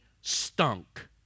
stunk